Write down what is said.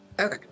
Okay